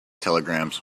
telegrams